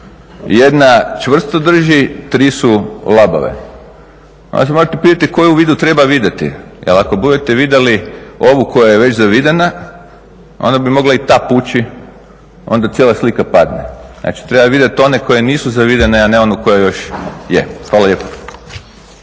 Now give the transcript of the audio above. jedna čvrsto drži, tri su labave. Onda se morate pitati koju vidu treba vidati, jer ako budete vidali ovu koja je već zavidana, onda bi mogla i ta pući, onda cijela slika padne. Znači, treba vidjeti one koje nisu zavidane, a ne onu koja još je. Hvala lijepo.